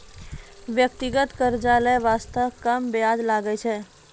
व्यक्तिगत कर्जा लै बासते कम बियाज लागै छै